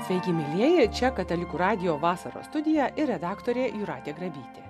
sveiki mielieji čia katalikų radijo vasaros studija ir redaktorė jūratė grabytė